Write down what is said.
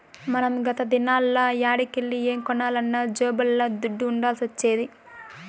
మనం గత దినాల్ల యాడికెల్లి ఏం కొనాలన్నా జేబుల్ల దుడ్డ ఉండాల్సొచ్చేది